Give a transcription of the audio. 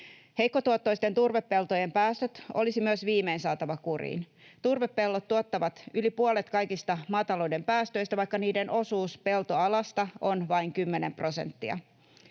Heikkotuottoisten turvepeltojen päästöt olisi myös viimein saatava kuriin. Turvepellot tuottavat yli puolet kaikista maatalouden päästöistä, vaikka niiden osuus peltoalasta on vain 10 prosenttia.